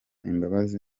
imbabazi